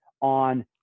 on